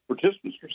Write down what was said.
participants